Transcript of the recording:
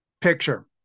picture